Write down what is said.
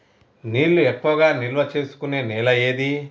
నీళ్లు ఎక్కువగా నిల్వ చేసుకునే నేల ఏది?